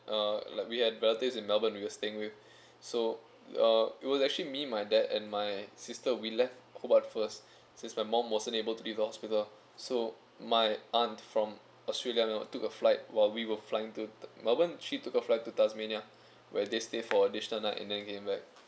uh like we have relatives in melbourne we were staying with so uh it was actually me my dad and my sister we left hobart first since my mom wasn't able to leave the hospital so my aunt from australia you know took a flight while we were flying to melbourne she took a flight to tasmania where they stayed for additional night and then came back